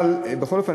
אבל בכל אופן,